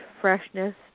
freshness